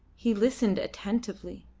he listened attentively,